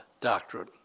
doctrine